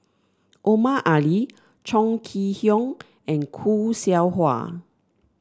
Omar Ali Chong Kee Hiong and Khoo Seow Hwa